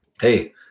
hey